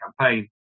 campaign